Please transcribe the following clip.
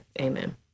Amen